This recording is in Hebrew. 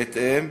בהתאם,